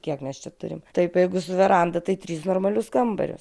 kiek mes čia turim taip jeigu su veranda tai tris normalius kambarius